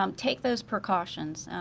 um take those precautions.